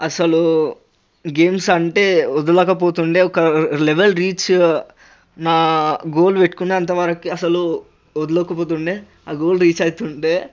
అసలు గేమ్స్ అంటే వదలక పోతుండే ఒక లెవెల్ రీచ్ గోల్ పెట్టుకునేంత వరికి అసలు వదలక పోతుండే ఆ గోల్ రీచ్ అవుతుండే